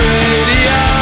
radio